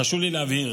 חשוב לי להבהיר,